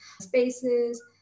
spaces